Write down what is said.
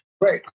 Great